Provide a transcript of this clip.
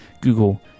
Google